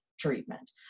treatment